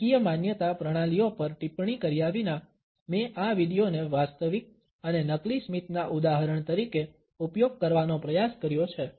રાજકીય માન્યતા પ્રણાલીઓ પર ટિપ્પણી કર્યા વિના મેં આ વિડીયોને વાસ્તવિક અને નકલી સ્મિતના ઉદાહરણ તરીકે ઉપયોગ કરવાનો પ્રયાસ કર્યો છે